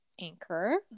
Anchor